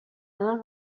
الان